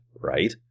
right